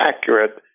accurate